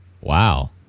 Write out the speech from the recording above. Wow